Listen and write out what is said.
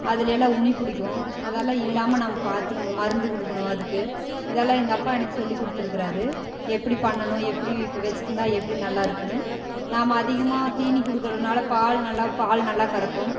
அதுலலாம் உண்ணி பிடிக்கும் அதெல்லாம் இல்லாமல் நம்ம பாத்துக்கணும் மருந்து கொடுக்கணும் அதுக்கு இதெல்லாம் எங்கள் அப்பா எனக்கு சொல்லி குடுத்துருக்கிறாரு எப்படி பண்ணனும் எப்படி இப்போ வைச்சிருந்தா எப்படி நல்லாயிருக்கும்னு நாம் அதிகமாக தீனி கொடுக்குறதுனால பால் நல்லா பால் நல்லா கறக்கும்